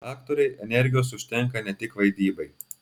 aktorei energijos užtenka ne tik vaidybai